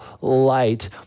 light